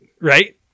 Right